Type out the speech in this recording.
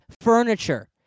furniture